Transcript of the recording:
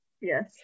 Yes